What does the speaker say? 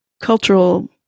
cultural